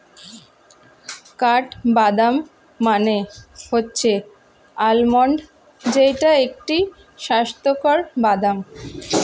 কাঠবাদাম মানে হচ্ছে আলমন্ড যেইটা একটি স্বাস্থ্যকর বাদাম